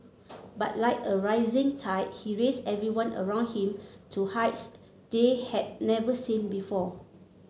but like a rising tide he raised everyone around him to heights they had never seen before